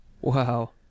Wow